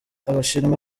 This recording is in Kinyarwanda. abashinwa